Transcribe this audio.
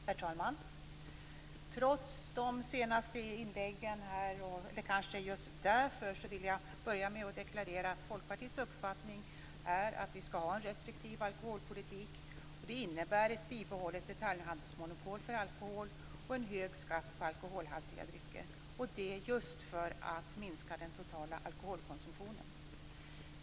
Herr talman! Trots de senaste inläggen här, eller kanske just beroende på dem, vill jag börja med att deklarera att Folkpartiets uppfattning är att vi skall ha en restriktiv alkoholpolitik. Det innebär ett bibehållet detaljhandelsmonopol för alkohol och en hög skatt på alkoholhaltiga drycker - detta just för att minska den totala alkoholkonsumtionen.